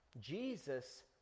Jesus